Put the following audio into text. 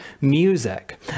music